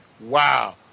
wow